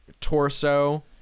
torso